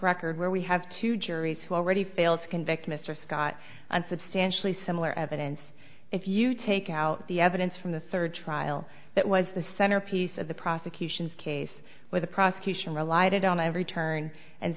record where we have two juries who already failed to convict mr scott and substantially similar evidence if you take out the evidence from the third trial that was the centerpiece of the prosecution's case where the prosecution relied on every turn and